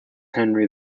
henry